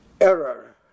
error